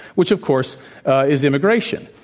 which of course is immigration.